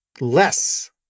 less